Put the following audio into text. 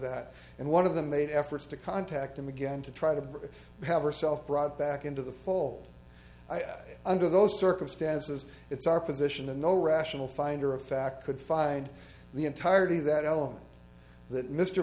that and one of them made efforts to contact him again to try to have yourself brought back into the fold under those circumstances it's our position and no rational finder of fact could find the entirety of that element that mr